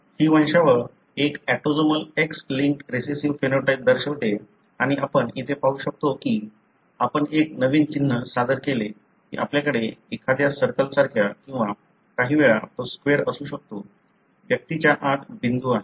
ही वंशावळ एक autosomal X linked recessive phenotype दर्शवते आणि आपण इथे पाहू शकतो की आपण एक नवीन चिन्ह सादर केले की आपल्याकडे एखाद्या सर्कलसारख्या किंवा काहीवेळा तो स्क्वेर असू शकतो व्यक्तीच्या आत बिंदू आहे